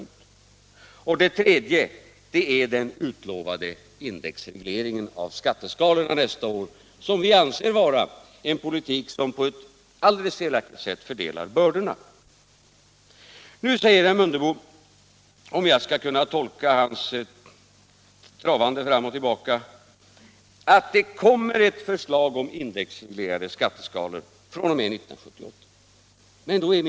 Det tredje är den utlovade indexregleringen av skatteskalorna nästa år, som vi anser vara en politik som på ett helt felaktigt sätt fördelar bördorna. Nu säger herr Mundebo — om jag kan tolka hans travande fram och tillbaka — att det kommer ett förslag om indexreglerade skatteskalor fr.o.m. 1978.